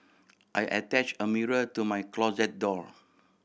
I attach a mirror to my closet door